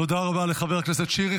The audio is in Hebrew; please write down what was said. תודה רבה לחבר הכנסת שירי.